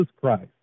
Christ